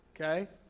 Okay